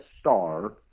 star